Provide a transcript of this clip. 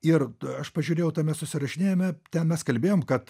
ir aš pažiūrėjau tame susirašinėjime ten mes kalbėjom kad